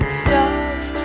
stars